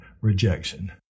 rejection